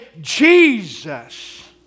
Jesus